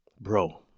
Bro